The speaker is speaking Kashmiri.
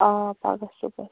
آ پگاہ صُبحس